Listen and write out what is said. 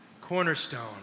Cornerstone